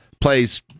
Plays